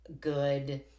good